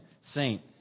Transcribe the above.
Saint